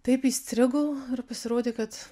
taip įstrigo ir pasirodė kad